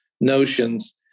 notions